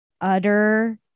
utter